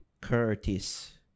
Curtis